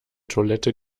toilette